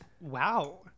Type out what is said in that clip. Wow